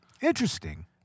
Interesting